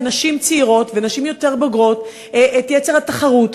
נשים צעירות ונשים יותר בוגרות של יצר התחרות,